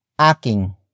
aking